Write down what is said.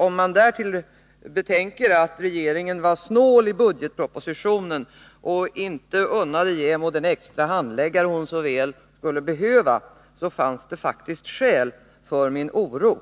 Om man därtill betänker att regeringen var snål i budgetpropositionen och inte unnade JämO den extra handläggare hon så väl skulle behöva fanns det faktiskt skäl för min oro.